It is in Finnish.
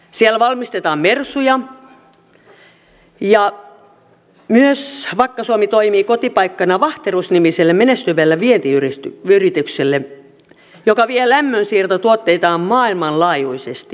siellä valmistetaan mersuja ja vakka suomi toimii kotipaikkana mös vahterus nimiselle menestyvälle vientiyritykselle joka vie lämmönsiirtotuotteitaan maailmanlaajuisesti